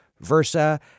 versa